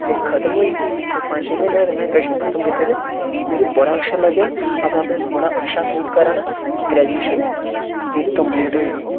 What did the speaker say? मेरी खत्म होई गेई दी कोई पंज छे म्हीने होए दे में ग्रैजुएशन खत्म कीते दे मिगी बड़ा अच्छा लग्गेआ अपने आपै च बड़ा अच्छा फील करै ना कि ग्रैजुएशन मेरी कम्पलीट होई गेदी